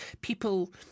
people